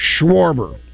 Schwarber